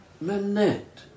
Manette